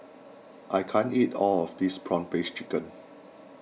I can't eat all of this Prawn Paste Chicken